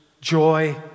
joy